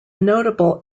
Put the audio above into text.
notable